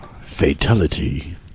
Fatality